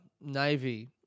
navy